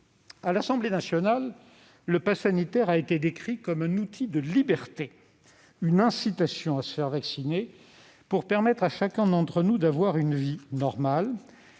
À l'Assemblée nationale, le passe sanitaire a été décrit comme un outil de liberté, une incitation à se faire vacciner, pour permettre à chacun d'entre nous d'avoir une vie normale.